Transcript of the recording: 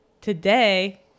today